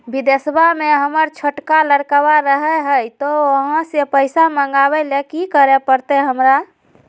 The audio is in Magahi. बिदेशवा में हमर छोटका लडकवा रहे हय तो वहाँ से पैसा मगाबे ले कि करे परते हमरा?